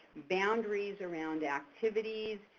boundaries around activities,